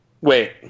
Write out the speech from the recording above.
Wait